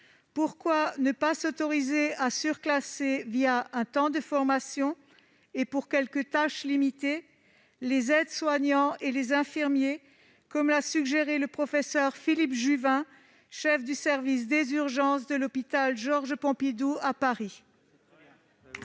pourquoi ne pas s'autoriser à surclasser, un temps de formation, et pour quelques tâches limitées, les aides-soignants et les infirmiers, comme l'a suggéré le professeur Philippe Juvin, chef du service des urgences de l'hôpital européen Georges-Pompidou à Paris ?